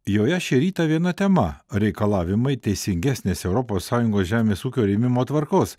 joje šį rytą viena tema reikalavimai teisingesnės europos sąjungos žemės ūkio rėmimo tvarkos